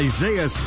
Isaiah